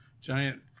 giant